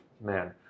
man